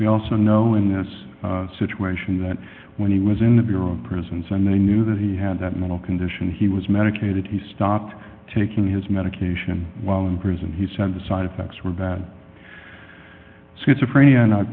we also know in this situation that when he was in the bureau of prisons and they knew that he had that mental condition he was medicated he stopped taking his medication while in prison he said the side effects were bad schizophrenia